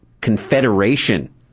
confederation